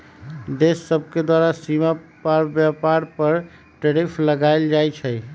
देश सभके द्वारा सीमा पार व्यापार पर टैरिफ लगायल जाइ छइ